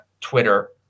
Twitter